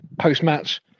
post-match